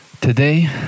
Today